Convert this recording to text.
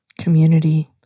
Community